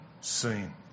seen